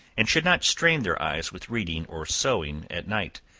and should not strain their eyes with reading or sewing at night.